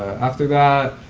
after that